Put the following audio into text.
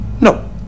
No